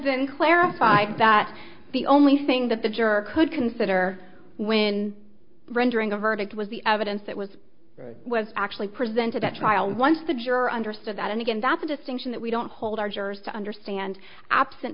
didn't clarify that the only thing that the juror could consider when rendering a verdict was the evidence that was was actually presented at trial once the juror understood that and again that's a distinction that we don't hold our jurors to understand absent